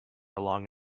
along